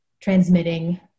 transmitting